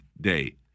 Day